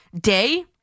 day